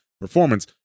performance